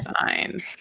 signs